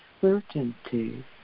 certainty